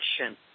action